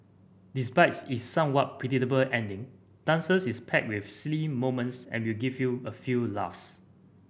despite its somewhat predictable ending Dancers is packed with silly moments and will give you a few laughs